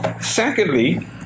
Secondly